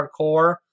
hardcore